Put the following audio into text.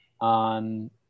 on